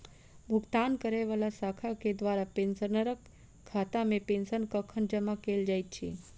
भुगतान करै वला शाखा केँ द्वारा पेंशनरक खातामे पेंशन कखन जमा कैल जाइत अछि